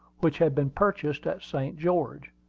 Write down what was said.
which had been purchased at st. george.